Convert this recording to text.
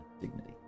dignity